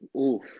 Oof